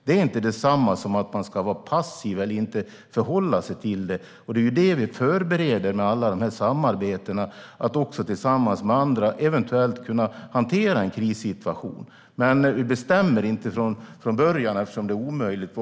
Det är inte detsamma som att man ska vara passiv eller inte förhålla sig till det. Det är ju detta vi förbereder med alla de här samarbetena. Det handlar om att också tillsammans med andra eventuellt kunna hantera en krissituation. Men vi bestämmer inte från början vad vi gör, eftersom det är omöjligt.